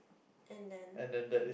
and then